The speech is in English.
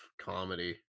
comedy